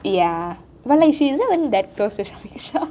ya but she isn't even that close to samyuksha